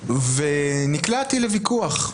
ונקלעתי לוויכוח.